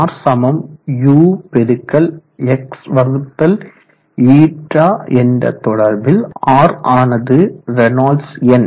R சமம் u பெருக்கல் X வகுத்தல் η என்ற தொடர்பில் R ஆனது ரேனால்ட்ஸ் எண்